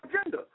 agenda